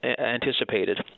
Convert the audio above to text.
anticipated